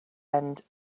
end